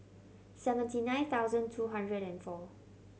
seventy nine thousand two hundred and four